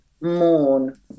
mourn